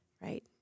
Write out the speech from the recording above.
right